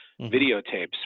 videotapes